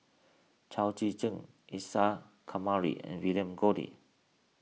Chao Tzee Cheng Isa Kamari and William Goode